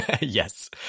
Yes